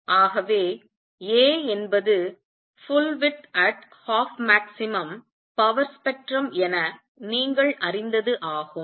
ஆகவே A என்பது full width at half maximum power spectrum என நீங்கள் அறிந்தது ஆகும்